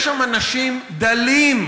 יש שם אנשים דלים,